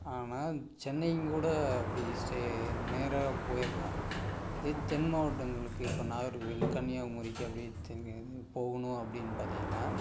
ஆனால் சென்னைங்கூட அப்படி ஸ்டே நேராக போயிடலாம் இதே தென் மாவட்டங்களுக்கு இப்போ நாகர்கோயில் கன்னியாகுமரிக்கு அப்படி போகணும் அப்படின்னு பார்த்தீங்கன்னா